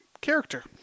character